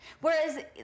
Whereas